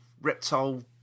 reptile